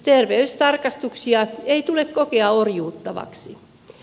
terveystarkastuksia ei tule kokea orjuuttaviksi